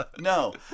No